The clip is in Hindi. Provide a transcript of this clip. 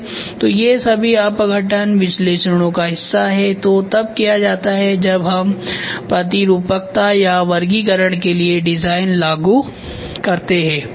तो ये सभी अपघटन विश्लेषण का हिस्सा हैं जो तब किया जाता है जब हम प्रतिरूपकता या वर्गीकरण के लिए डिजाइन लागू करते हैं